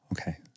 Okay